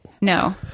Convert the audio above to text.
No